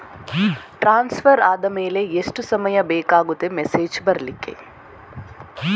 Transfer ಆದ್ಮೇಲೆ ಎಷ್ಟು ಸಮಯ ಬೇಕಾಗುತ್ತದೆ ಮೆಸೇಜ್ ಬರ್ಲಿಕ್ಕೆ?